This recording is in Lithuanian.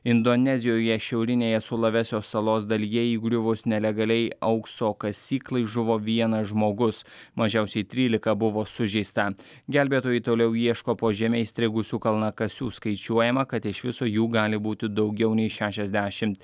indonezijoje šiaurinėje sulavesio salos dalyje įgriuvus nelegaliai aukso kasyklai žuvo vienas žmogus mažiausiai trylika buvo sužeista gelbėtojai toliau ieško po žeme įstrigusių kalnakasių skaičiuojama kad iš viso jų gali būti daugiau nei šešiasdešimt